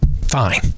fine